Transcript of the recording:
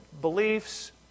beliefs